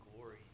glory